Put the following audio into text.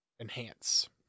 Enhance